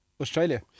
Australia